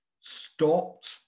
stopped